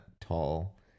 tall